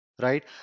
right